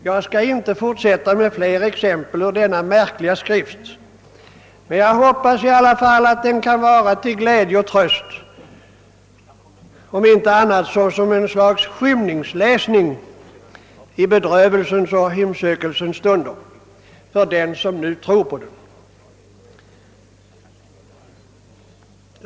Jag skall inte anföra fler exempel ur denna märkliga skrift, men jag hoppas i alla fall att den kan vara till glädje och tröst, om inte annat som ett slags skymningsläsning i bedrövelsens och hemsökelsens stund för den som nu tror på den.